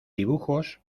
dibujos